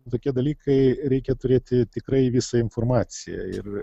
tokie dalykai reikia turėti tikrai visą informaciją ir